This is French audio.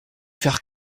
faire